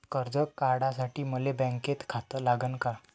कर्ज काढासाठी मले बँकेत खातं लागन का?